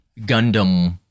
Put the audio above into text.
Gundam